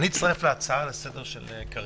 אצטרף להצעה לסדר של קארין,